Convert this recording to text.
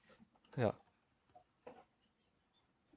yeah